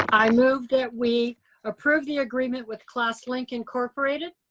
i move that we approve the agreement with classlink incorporated.